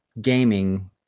gaming